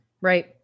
Right